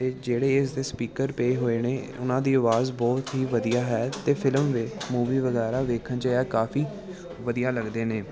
ਅਤੇ ਜਿਹੜੇ ਇਸਦੇ ਸਪੀਕਰ ਪਏ ਹੋਏ ਨੇ ਉਹਨਾਂ ਦੀ ਆਵਾਜ਼ ਬਹੁਤ ਹੀ ਵਧੀਆ ਹੈ ਅਤੇ ਫਿਲਮ ਵ ਮੂਵੀ ਵਗੈਰਾ ਵੇਖਣ 'ਚ ਇਹ ਕਾਫੀ ਵਧੀਆ ਲੱਗਦੇ ਨੇ